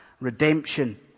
Redemption